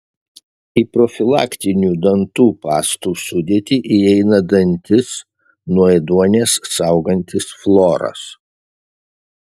į profilaktinių dantų pastų sudėtį įeina dantis nuo ėduonies saugantis fluoras